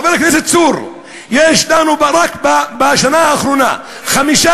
חבר הכנסת צור: יש לנו רק בשנה האחרונה חמישה,